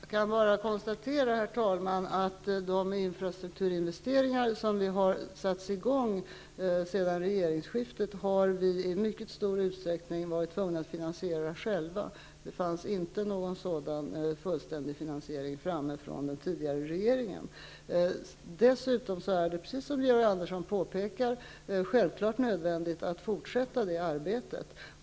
Herr talman! Jag kan bara konstatera att vi i mycket stor utsträckning har varit tvungna att själva finansiera de infrastrukturinvesteringar som nu har satts i gång sedan regeringsskiftet. Det fanns inte någon sådan fullständig finansiering framtagen av den tidigare regeringen. Dessutom är det, precis som Georg Andersson påpekar, självfallet nödvändigt att fortsätta detta arbete.